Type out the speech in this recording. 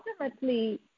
ultimately